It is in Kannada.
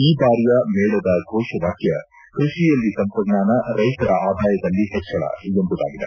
ಈ ಬಾರಿಯ ಮೇಳದ ಘೋಷ ವಾಕ್ಯ ಕೃಷಿಯಲ್ಲಿ ತಂತ್ರಜ್ವಾನ ರೈತರ ಆದಾಯದಲ್ಲಿ ಹೆಚ್ಚಳ ಎಂಬುದಾಗಿದೆ